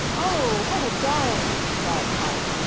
oh, what a darling! cried polly,